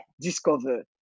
discover